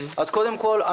קודם כול,